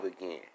again